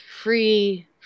free